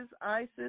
Isis